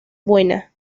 buena